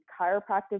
chiropractic